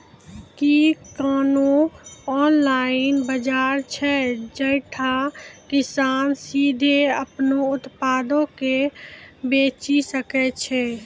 कि कोनो ऑनलाइन बजार छै जैठां किसान सीधे अपनो उत्पादो के बेची सकै छै?